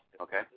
okay